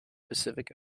pacific